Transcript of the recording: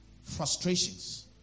frustrations